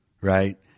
right